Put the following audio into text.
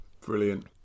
brilliant